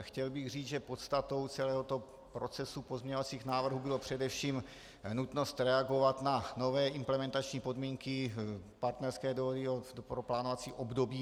Chtěl bych říct, že podstatou celého procesu pozměňovacích návrhů byla především nutnost reagovat na nové implementační podmínky partnerské dohody pro plánovací období 2014 až 2020.